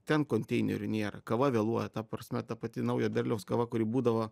ten konteinerių nėra kava vėluoja ta prasme ta pati naujo derliaus kava kuri būdavo